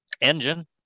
engine